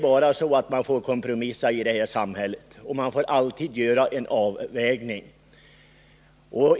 Man måste kompromissa i det här samhället, och man måste alltid göra avvägningar.